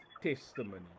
testimony